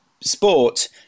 sport